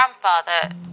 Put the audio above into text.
grandfather